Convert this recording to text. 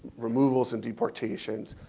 removal and deportation.